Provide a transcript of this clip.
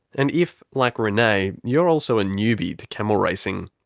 and if, like renay, you're also a newbie to camel racing,